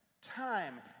time